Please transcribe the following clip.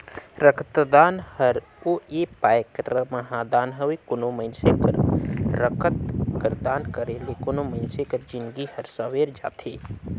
रकतदान हर दो ए पाए कर महादान हवे कोनो मइनसे कर रकत कर दान करे ले कोनो मइनसे कर जिनगी हर संवेर जाथे